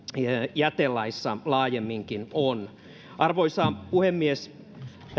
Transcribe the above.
jätelaissa laajemminkin on arvoisa puhemies